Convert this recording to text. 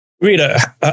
Rita